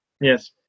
Yes